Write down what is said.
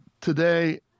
Today